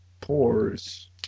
pores